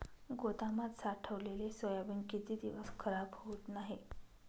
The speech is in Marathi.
गोदामात साठवलेले सोयाबीन किती दिवस खराब होत नाही?